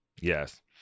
yes